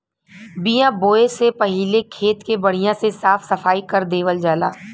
बिया बोये से पहिले खेत के बढ़िया से साफ सफाई कर देवल जाला